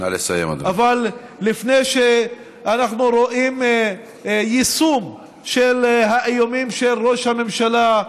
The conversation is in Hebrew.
אבל לפני שאנחנו רואים יישום של האיומים של ראש הממשלה,